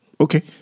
Okay